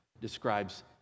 describes